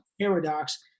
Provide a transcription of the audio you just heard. paradox